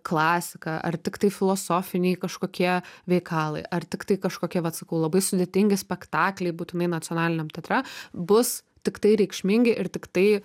klasika ar tiktai filosofiniai kažkokie veikalai ar tiktai kažkokie vat sakau labai sudėtingi spektakliai būtinai nacionaliniam teatre bus tiktai reikšmingi ir tiktai